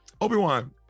Obi-Wan